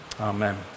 Amen